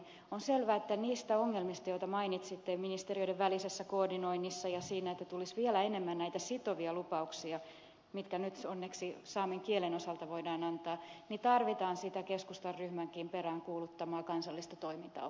on selvää että niissä ongelmissa joita mainitsitte ministeriöiden välisessä koordinoinnissa ja siinä että tulisi vielä enemmän näitä sitovia lupauksia mitkä nyt onneksi saamen kielen osalta voidaan antaa tarvitaan sitä keskustan ryhmänkin peräänkuuluttamaa kansallista toimintaohjelmaa